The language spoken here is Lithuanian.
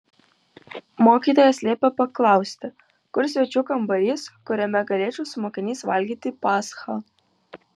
mokytojas liepė paklausti kur svečių kambarys kuriame galėčiau su mokiniais valgyti paschą